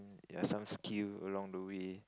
ya some skill along the way